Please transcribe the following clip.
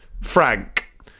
Frank